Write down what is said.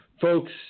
folks